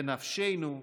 בנפשנו הדבר.